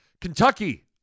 Kentucky